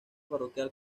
parroquial